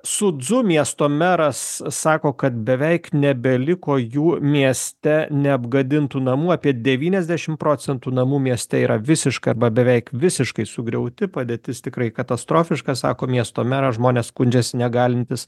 su dzu miesto meras sako kad beveik nebeliko jų mieste neapgadintų namų apie devyniasdešimt procentų namų mieste yra visiškai arba beveik visiškai sugriauti padėtis tikrai katastrofiška sako miesto meras žmonės skundžiasi negalintys